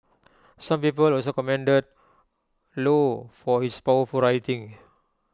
some people also commended low for his powerful writing